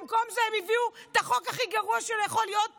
במקום זה הם הביאו את החוק הכי גרוע שיכול להיות פה.